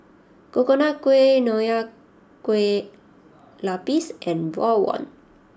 Coconut Kuih Nonya Kueh Lapis and Rawon